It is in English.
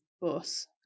bus